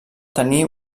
tenir